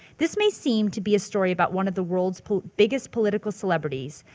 this may seem to be a story about one of the world's pol, biggest political celebrities,